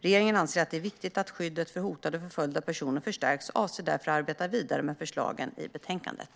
Regeringen anser att det är viktigt att skyddet för hotade och förföljda personer förstärks och avser därför att arbeta vidare med förslagen i betänkandet.